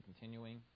continuing